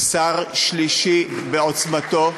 זה שר שלישי בעוצמתו.